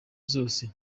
zose